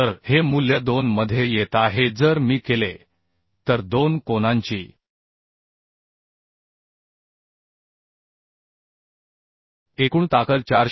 तर हे मूल्य 2 मध्ये येत आहे जर मी केले तर 2 कोनांची एकूण ताकद 415